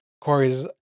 Corey's